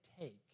take